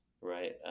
right